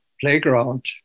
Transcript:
playground